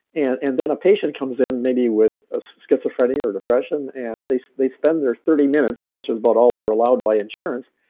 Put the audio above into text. and and then a patient comes in maybe with schizophrenia or depression, and they they spend their thirty minutes, which is about all they're allowed by insurance,